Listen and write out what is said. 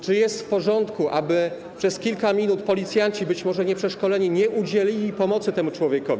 Czy jest w porządku, aby przez kilka minut policjanci, być może nieprzeszkoleni, nie udzielili pomocy temu człowiekowi?